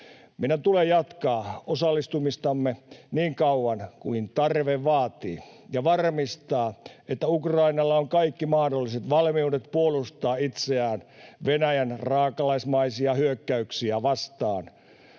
Meidän tulee jatkaa osallistumistamme niin kauan kuin tarve vaatii ja varmistaa, että Ukrainalla on kaikki mahdolliset valmiudet puolustaa itseään Venäjän raakalaismaisia hyökkäyksiä vastaan.